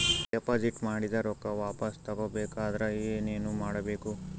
Deposit ಮಾಡಿದ ರೊಕ್ಕ ವಾಪಸ್ ತಗೊಬೇಕಾದ್ರ ಏನೇನು ಕೊಡಬೇಕು?